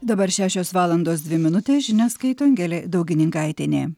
dabar šešios valandos dvi minutės žinias skaito angelė daugininkaitienė